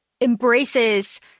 embraces